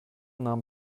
nahm